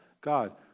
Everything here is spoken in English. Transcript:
God